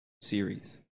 series